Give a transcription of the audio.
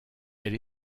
elle